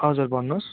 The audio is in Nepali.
हजुर भन्नुहोस्